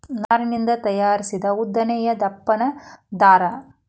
ನಾರಿನಿಂದ ತಯಾರಿಸಿದ ಉದ್ದನೆಯ ದಪ್ಪನ ದಾರಾ